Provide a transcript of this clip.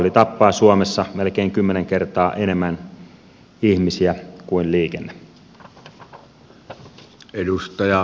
alkoholi tappaa suomessa melkein kymme nen kertaa enemmän ihmisiä kuin liikenne